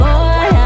Boy